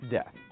Death